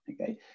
Okay